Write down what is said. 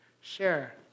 share